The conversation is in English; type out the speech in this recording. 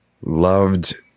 loved